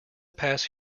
pass